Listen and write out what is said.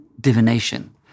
divination